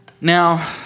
now